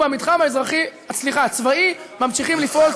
במתחם הצבאי ממשיכים לפעול,